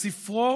ספרו